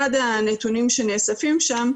אחד הנתונים שנאספים שם,